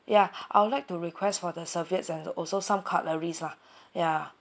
ya I would like to request for the serviettes and also some cutleries lah ya